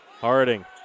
Harding